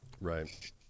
Right